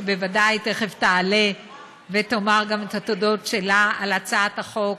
שבוודאי תכף תעלה ותאמר גם את התודות שלה על הצעת החוק,